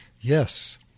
Yes